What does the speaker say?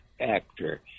actor